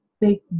big